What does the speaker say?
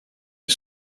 est